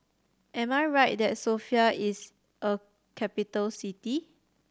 am I right that Sofia is a capital city